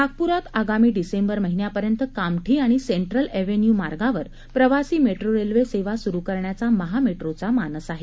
नागपुरात आगामी डिसेंबर महिन्यापर्यंत कामठी आणि सेंट्रल एव्हेन्यू मार्गावर प्रवासी मेट्रो रेल्वे सेवा सुरू करण्याचा महामेट्रोचा मानस आहे